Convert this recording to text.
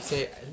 Say